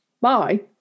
Bye